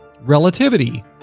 Relativity